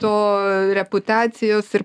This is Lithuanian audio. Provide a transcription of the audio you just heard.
to reputacijos ir